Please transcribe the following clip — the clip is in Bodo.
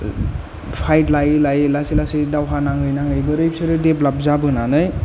फाइथ लायै लायै लासै लासै दावहा नाङै नाङै बोरै बिसोरो डेभेलप जाबोनानै